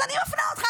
אז אני אפנה אותך,